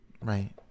right